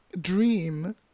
dream